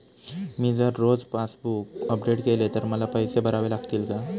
मी जर रोज passbook update केले तर मला पैसे भरावे लागतील का?